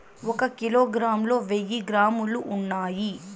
ఒక కిలోగ్రామ్ లో వెయ్యి గ్రాములు ఉన్నాయి